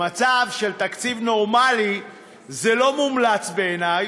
במצב של תקציב נורמלי זה לא מומלץ בעיני,